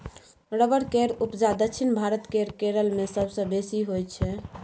rubber केर उपजा दक्षिण भारत केर केरल मे सबसँ बेसी होइ छै